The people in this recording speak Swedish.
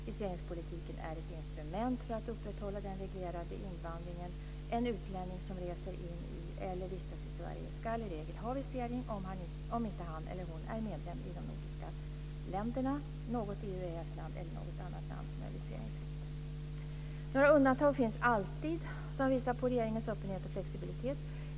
Viseringspolitiken är ett instrument för att upprätthålla den reglerade invandringen. En utlänning som reser in i eller vistas i Sverige ska i regel ha visering om inte han eller hon är medborgare i de nordiska länderna, något EU/EES-land eller något annat land som är viseringsfritt. Några undantag finns alltid och visar på regeringens öppenhet och flexibilitet.